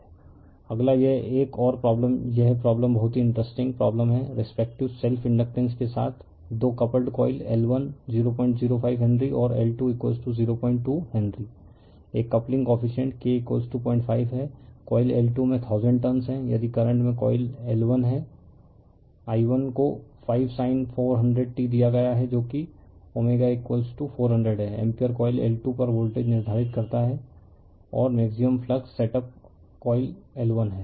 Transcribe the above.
refer slide time 3031 अगला यह एक और प्रॉब्लम है यह प्रॉब्लम बहुत ही इंटरेस्टिंग प्रॉब्लम है रिस्पेक्टिव सेल्फ इंडकटेन्स के साथ 2 कपल्ड कॉइल L1 005 हेनरी और L202 हेनरी है एक कपलिंग कोफीसिएंट K05 है कॉइल L2 में 1000 टर्नस हैं यदि करंट में कॉइल L1 है i1 को 5 sin 400 t दिया गया है जो कि ω400 है एम्पीयर कॉइल L2 पर वोल्टेज निर्धारित करता है और maximum flux set up coil L1 है